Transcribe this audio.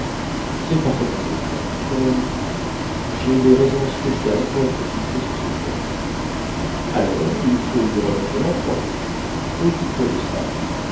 cest parfaitement exact mon ami jai des raisons spéciales pour être fixée sur ce point alors il faut lui remettre lenfant occupe-toi de ça